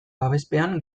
babespean